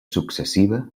successiva